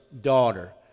daughter